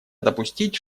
допустить